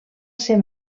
ser